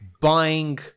buying